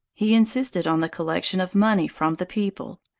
he insisted on the collection of money from the people,